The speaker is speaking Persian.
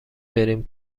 بریم